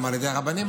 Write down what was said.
גם על ידי הרבנים,